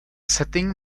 setting